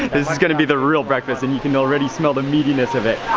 this is gonna be the real breakfast, and you can already smell the meatiness of it.